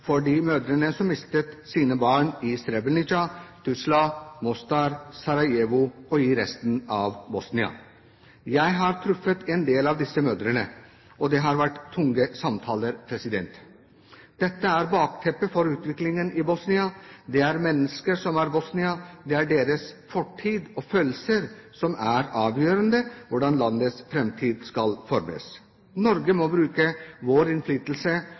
for de mødrene som mistet sine barn i Srebrenica, Tuzla, Mostar, Sarajevo og i resten av Bosnia. Jeg har truffet en del av disse mødrene, og det har vært tunge samtaler. Dette er bakteppet for utviklingen i Bosnia. Det er mennesker som er Bosnia. Det er deres fortid og følelser som er avgjørende for hvordan landets framtid skal formes. Norge må bruke sin innflytelse